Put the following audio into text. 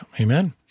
Amen